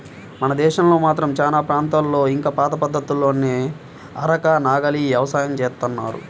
మన దేశంలో మాత్రం చానా ప్రాంతాల్లో ఇంకా పాత పద్ధతుల్లోనే అరక, నాగలి యవసాయం జేత్తన్నారు